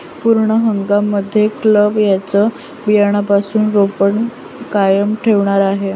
पूर्ण हंगाम मध्ये क्लब त्यांचं बियाण्यापासून रोपण कायम ठेवणार आहे